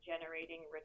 generating